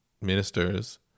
ministers